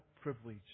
privilege